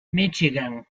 michigan